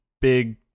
big